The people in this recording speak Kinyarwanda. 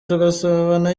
tugasabana